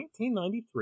1993